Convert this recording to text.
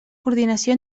coordinació